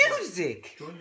music